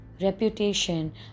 reputation